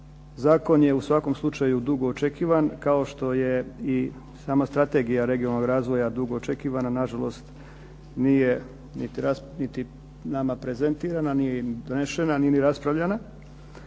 zakon je u svakom slučaju dugo očekivan kao što je i sama strategija regionalnog razvoja dugo očekivana. Nažalost nije niti nama prezentirana ni donešena, nije ni raspravljana,